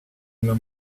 una